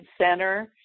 center